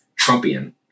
Trumpian